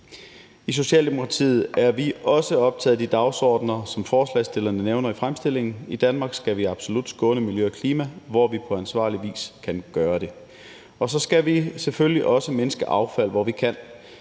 I Socialdemokratiet er vi også optaget af de dagsordener, som forslagsstillerne nævner i fremstillingen. I Danmark skal vi absolut skåne miljø og klima, hvor vi på ansvarlig vis kan gøre det. Og så skal vi selvfølgelig også mindske affald, hvor vi kan.